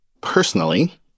Personally